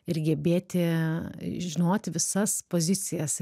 ir gebėti žinoti visas pozicijas